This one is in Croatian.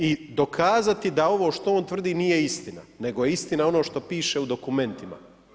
I dokazati da ovo što on tvrdi nije istina, nego je istina ono što piše u dokumentima.